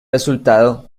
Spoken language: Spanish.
resultado